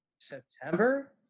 September